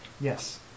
Yes